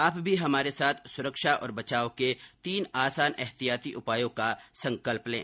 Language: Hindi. आप भी हमारे साथ सुरक्षा और बचाव के तीन आसान एहतियाती उपायों का संकल्प लें